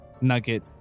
Nugget